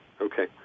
okay